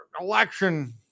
election